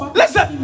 listen